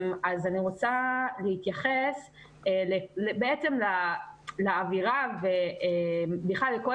אז אני רוצה להתייחס בעצם לאווירה ובכלל לכל